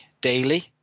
daily